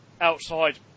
outside